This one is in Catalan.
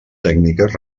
tècniques